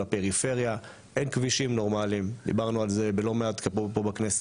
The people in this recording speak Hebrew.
לפריפריה אין כבישים נורמליים - דיברנו על זה כבר בלא מעט פה בכנסת,